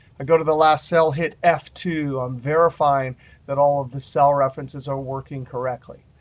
i go to the last cell, hit f two, verify that all of the cell references are working correctly.